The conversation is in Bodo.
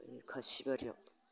खासिबारियाव